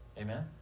Amen